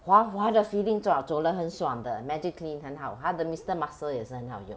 滑滑的 feeling 走 ah 走了很爽的 Magiclean 很好他的 Mister Muscle 也是很好用